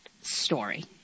story